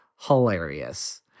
hilarious